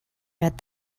read